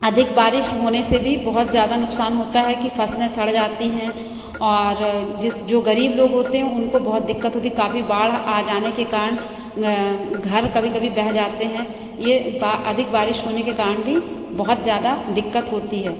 अधिक बारिश होने से भी बहुत ज़्यादा नुकसान होता है कि फसलें सड़ जाती हैं और जिस जो गरीब लोग होते हैं उनको बहुत दिक्कत होती काफ़ी बाढ़ आ जाने के कारण घर कभी कभी बह जाते हैं यह अधिक बारिश होने के कारण भी बहुत ज़्यादा दिक्कत होती है